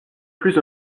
plus